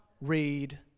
read